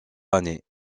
année